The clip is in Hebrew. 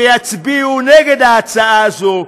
שיצביעו נגד ההצעה הזאת,